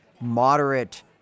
moderate